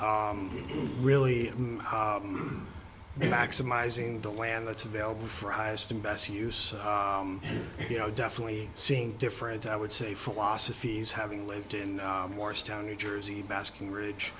walkable really maximizing the land that's available for highest and best use and you know definitely seeing different i would say philosophies having lived in morristown new jersey basking ridge